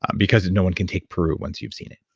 because no one can take peru once you've seen it.